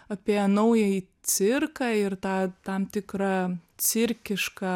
apie naująjį cirką ir tą tam tikrą cirkišką